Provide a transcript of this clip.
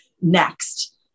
next